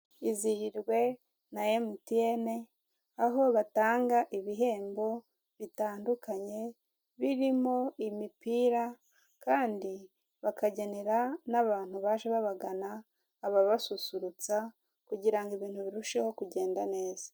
Izihirwe na emutiyene, aho batanga ibihembo bitandukanye birimo imipira, kandi bakagenera n'abantu baje babagana ababasusurutsa, kugira ngo ibintu birusheho kugenda neza.